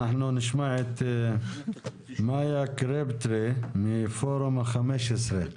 אנחנו נשמע את מאיה קרבטרי מפורום ה-15.